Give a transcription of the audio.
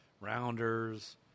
Rounders